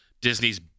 Disney's